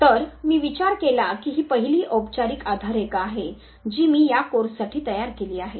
तर मी विचार केला की ही पहिली औपचारिक आधार रेखा आहे जी मी या कोर्स साठी तयार केली आहे